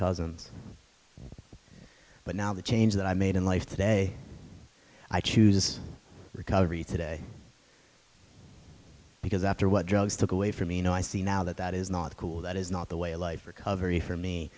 cousins but now the change that i made in life today i choose recovery today because after what drugs took away from me and i see now that that is not cool that is not the way of life recovery for me